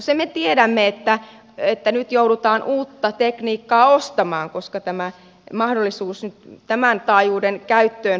sen me tiedämme että nyt joudutaan uutta tekniikkaa ostamaan koska mahdollisuus tämän taajuuden käyttöön poistuu